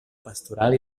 pastoral